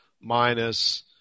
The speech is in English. minus